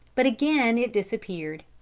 but again it disappeared.